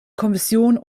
kommission